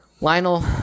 Lionel